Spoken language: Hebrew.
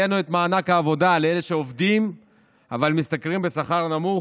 העלינו את מענק העבודה לאלה שעובדים אבל משתכרים שכר נמוך,